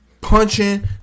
punching